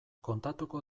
kontatuko